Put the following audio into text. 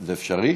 זה אפשרי?